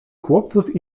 chłopców